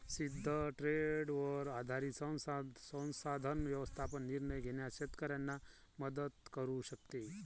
सिद्ध ट्रेंडवर आधारित संसाधन व्यवस्थापन निर्णय घेण्यास शेतकऱ्यांना मदत करू शकते